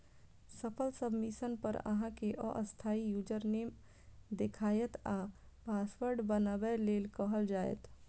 सफल सबमिशन पर अहां कें अस्थायी यूजरनेम देखायत आ पासवर्ड बनबै लेल कहल जायत